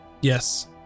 yes